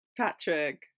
Patrick